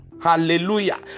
hallelujah